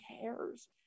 cares